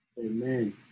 Amen